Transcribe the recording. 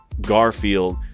Garfield